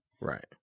Right